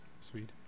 sweet